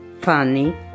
funny